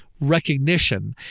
recognition